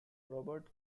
robert